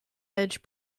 edge